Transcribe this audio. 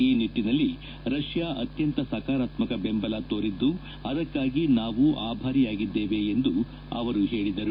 ಈ ನಿಟ್ಟನಲ್ಲಿ ರಷ್ತಾ ಅತ್ಯಂತ ಸಕಾರಾತ್ಸಕ ಬೆಂಬಲ ತೋರಿದ್ದು ಅದಕ್ಕಾಗಿ ನಾವು ಆಭಾರಿಯಾಗಿದ್ದೇವೆ ಎಂದು ಅವರು ಹೇಳಿದರು